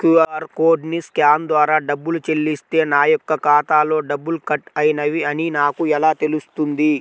QR కోడ్ని scan ద్వారా డబ్బులు చెల్లిస్తే నా యొక్క ఖాతాలో డబ్బులు కట్ అయినవి అని నాకు ఎలా తెలుస్తుంది?